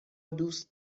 دوست